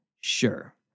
sure